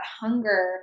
hunger